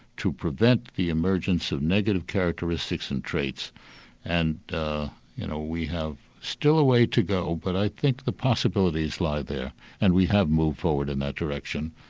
to prevent the emergence of negative characteristics and traits and you know, we have still a way to go but i think the possibilities lie there and we have moved forward in that direction.